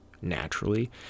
naturally